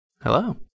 Hello